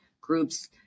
groups